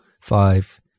five